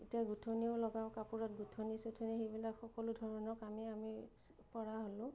এতিয়া গোথঁনিও লগাওঁ কাপোৰত গোথঁনি চোথঁনি সেইবিলাক সকলো ধৰণৰ কামেই আমি পৰা হ'লো